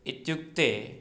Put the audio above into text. इत्युक्ते